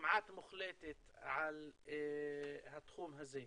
כמעט מוחלטת על התחום הזה.